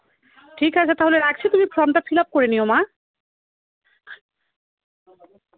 ঠিক আছে তাহলে রাখছি তুমি ফ্রমটা ফিল আপ করে নিও মা